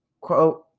Quote